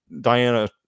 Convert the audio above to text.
Diana